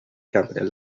company